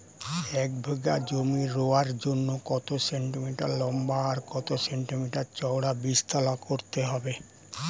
এক বিঘা জমি রোয়ার জন্য কত সেন্টিমিটার লম্বা আর কত সেন্টিমিটার চওড়া বীজতলা করতে হবে?